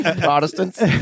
Protestants